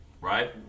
right